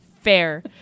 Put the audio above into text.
Fair